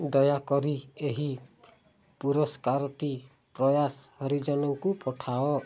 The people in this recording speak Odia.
ଦୟାକରି ଏହି ପୁରସ୍କାରଟି ପ୍ରୟାସ ହରିଜନଙ୍କୁ ପଠାଅ